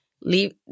leave